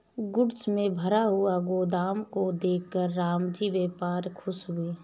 goods से भरा हुआ गोदाम को देखकर रामजी व्यापारी खुश हुए